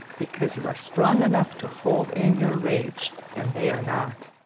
because you are strong enough to hold in your rage and they are not,